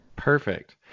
Perfect